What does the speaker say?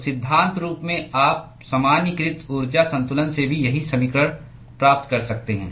तो सिद्धांत रूप में आप सामान्यीकृत ऊर्जा संतुलन से भी यही समीकरण प्राप्त कर सकते हैं